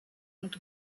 ont